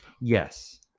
Yes